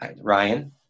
Ryan